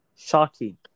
Shocking